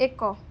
ଏକ